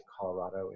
Colorado